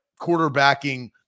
quarterbacking